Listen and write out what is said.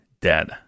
dead